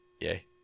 yay